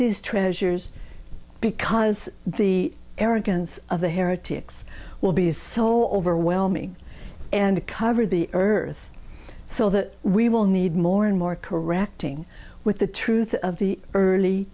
these treasures because the arrogance of the heretics will be is so overwhelming and cover the earth so that we will need more and more correcting with the truth of the early